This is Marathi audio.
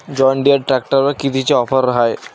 जॉनडीयर ट्रॅक्टरवर कितीची ऑफर हाये?